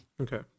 Okay